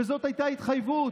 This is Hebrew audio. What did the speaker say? וזאת הייתה התחייבות.